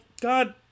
God